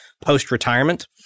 post-retirement